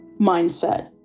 mindset